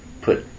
put